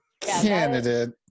candidate